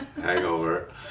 hangover